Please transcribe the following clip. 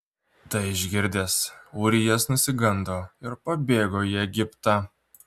tai išgirdęs ūrijas nusigando ir pabėgo į egiptą